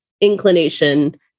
inclination